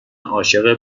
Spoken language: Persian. عاشق